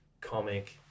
comic